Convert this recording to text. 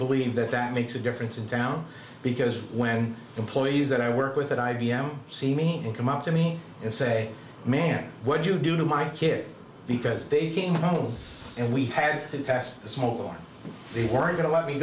believe that that makes a difference in town because when employees that i work with at i b m see me and come up to me and say man what do you do to my kids because they came home and we had to test the smoke or they were going to let me